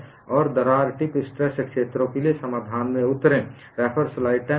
और दरार tip stress क्षेत्रों के लिए समाधान में उतरें